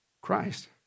Christ